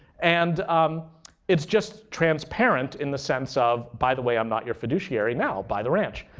and um it's just transparent in the sense of by the way, i'm not your fiduciary. now buy the ranch.